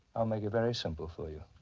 i'll make it very simple for you.